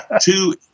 Two